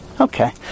Okay